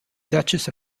duchess